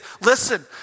listen